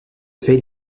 fait